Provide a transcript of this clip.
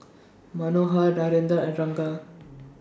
Manohar Narendra and Ranga